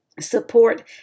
support